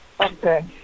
Okay